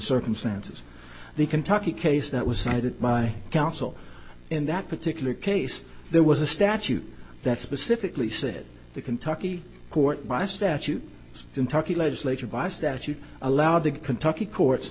circumstances the kentucky case that was cited by counsel in that particular case there was a statute that specifically said the kentucky court by statute kentucky legislature by statute allowed the kentucky courts